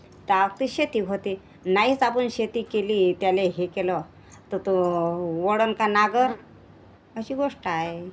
ता अतिशय ते होते नाहीच आपण शेती केली त्याला हे केलं तर तो ओढण का नांगर अशी गोष्ट आहे